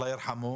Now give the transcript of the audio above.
אללה ירחמו.